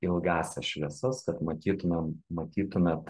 ilgąsias šviesas kad matytumėm matytumėt